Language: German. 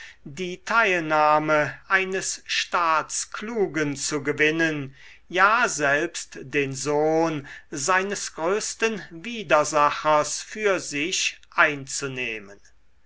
die teilnahme eines staatsklugen zu gewinnen ja selbst den sohn seines größten widersachers für sich einzunehmen